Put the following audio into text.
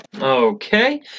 Okay